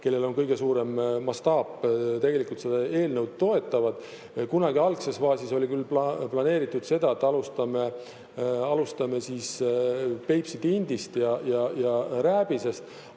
kellel on kõige suurem mastaap, seda eelnõu tegelikult toetavad. Kunagi algses faasis oli küll planeeritud see, et alustame Peipsi tindist ja rääbisest.